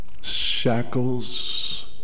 Shackles